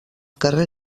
carrer